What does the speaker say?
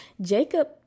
Jacob